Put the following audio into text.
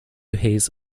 his